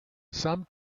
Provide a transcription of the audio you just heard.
some